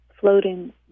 floating